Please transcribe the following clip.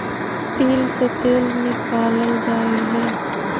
तिल से तेल निकाल्ल जाहई